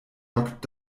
lockt